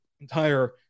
entire